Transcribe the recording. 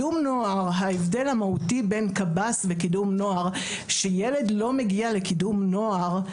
ההבדל המהותי בין קב"ס לקידום נוער שילד לא מגיע לקידום נוער,